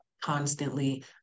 constantly